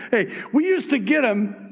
hey, we used to get him,